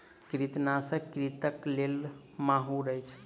कृंतकनाशक कृंतकक लेल माहुर अछि